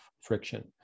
friction